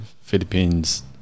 Philippines